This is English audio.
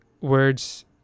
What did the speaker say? words